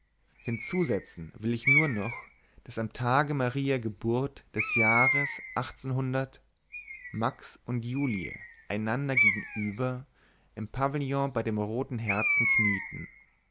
hinzusetzen will ich nur noch daß am tage mariä geburt des jahres max und julie einander gegenüber im pavillon bei dem roten herzen knieten